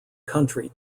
country